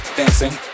dancing